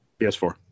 ps4